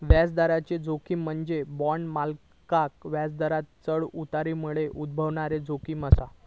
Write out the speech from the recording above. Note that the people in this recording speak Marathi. व्याजदराची जोखीम म्हणजे बॉण्ड मालकांका व्याजदरांत चढ उतारामुळे उद्भवणारी जोखीम असा